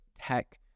tech